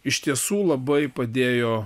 iš tiesų labai padėjo